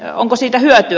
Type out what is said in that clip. no onko siitä hyötyä